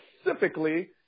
specifically